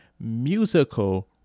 musical